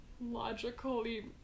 logically